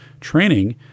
training